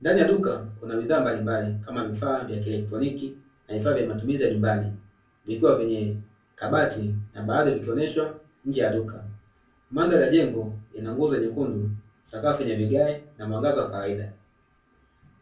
Ndani ya duka kuna bidhaa mbalimbali, kama vifaa vya kielektroniki, na vifaa vya matumizi ya nyumbani vikiwa kwenye kabati na baadhi vikionyeshwa nje ya duka. Mandhari ya jengo ina nguzo nyekundu, sakafu yenye vigae, na mwangaza wa kawaida.